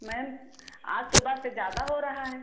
ma'am आज सुबह से ज्यादा हो रहा है